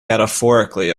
metaphorically